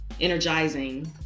energizing